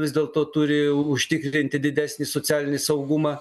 vis dėlto turi užtikrinti didesnį socialinį saugumą